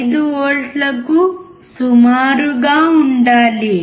5V కు సుమారుగా ఉండాలి